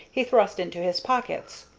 he thrust into his pockets.